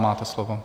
Máte slovo.